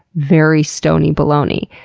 very, stoney-baloney,